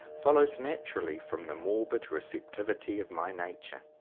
follows naturally from the morbid receptivity of my nature.